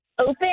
open